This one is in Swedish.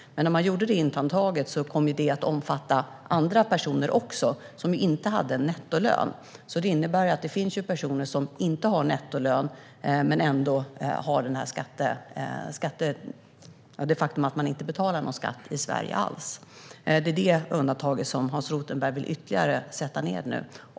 Men när man gjorde detta undantag kom det att omfatta även andra personer, som inte hade nettolön. Detta innebär att det finns personer som inte har nettolön men som ändå inte betalar någon skatt i Sverige. Det är detta undantag som Hans Rothenberg nu vill sätta ned ytterligare.